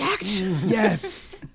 Yes